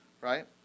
right